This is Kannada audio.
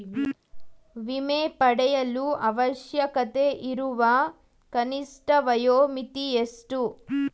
ವಿಮೆ ಪಡೆಯಲು ಅವಶ್ಯಕತೆಯಿರುವ ಕನಿಷ್ಠ ವಯೋಮಿತಿ ಎಷ್ಟು?